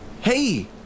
Hey